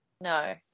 No